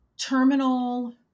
terminal